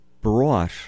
brought